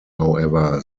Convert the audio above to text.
however